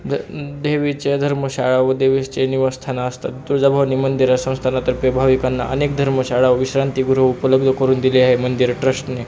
the देवीच्या धर्मशाळा व देवीची निवासस्थाने असतात तुळजाभवानी मंदिर संस्थानातर्फे भाविकांना अनेक धर्मशाळा विश्रांतीगृह उपलब्ध करून दिली आहे मंदिरं ट्रस्टने